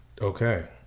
Okay